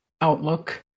outlook